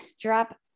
drop